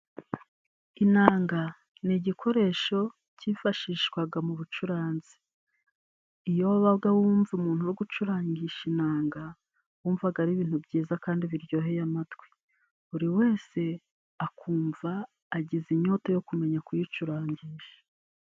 Inanga ni igikoresho cyifashishwaga mu bucuranzi. Iyo wabaga wumva umuntu uri gucurangisha inanga, wumvaga ari ibintu byiza kandi biryoheye amatwi. Buri wese akumva agize inyota yo kumenya kuyicurangisha.